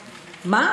אתה,